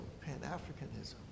Pan-Africanism